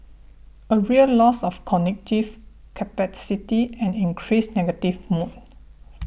a real loss of cognitive capacity and increased negative mood